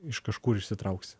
iš kažkur išsitrauksi